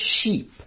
sheep